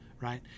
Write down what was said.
right